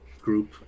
group